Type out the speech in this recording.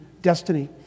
destiny